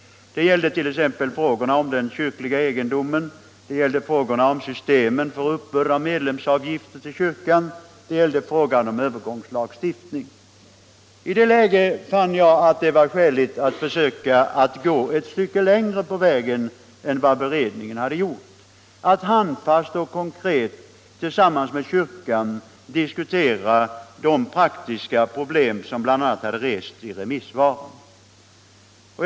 Det gällde t.ex. den kyrkliga egendomen, system för uppbörd av medlemsavgift till kyrkan samt övergångslagstiftning. I det läget fann jag det skäligt att försöka gå ett stycke längre på vägen än beredningen gjort, att handfast och konkret tillsammans med kyrkans företrädare diskutera de praktiska problem som rests bl.a. i remissvaren.